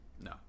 no